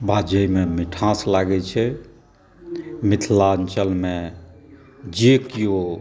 बाजयमे मिठास लागै छै मिथिलाञ्चलमे जे केओ